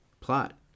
Plot